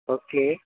okay